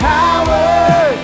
power